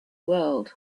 world